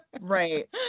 Right